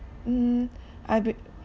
mm I been